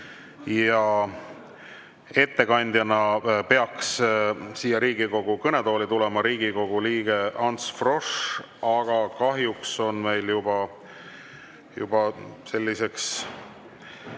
Ettekandjana peaks siia Riigikogu kõnetooli tulema Riigikogu liige Ants Frosch. Aga kahjuks on meil juba probleemseks